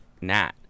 nat